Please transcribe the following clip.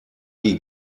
die